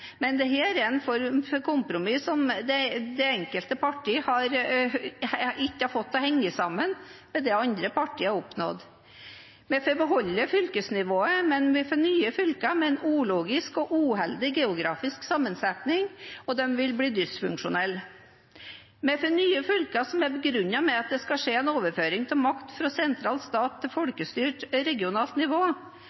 men dette er en form for kompromiss som det enkelte parti ikke har fått til å henge sammen med det andre partier har oppnådd. Vi får beholde fylkesnivået, men vi får nye fylker med en ulogisk og uheldig geografisk sammensetning, og de vil bli dysfunksjonelle. Vi får nye fylker som er begrunnet med at det skal skje en overføring av makt fra sentral stat til